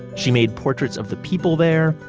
she made portraits of the people there,